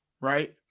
right